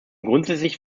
grundsätzlich